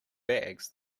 bags